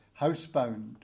housebound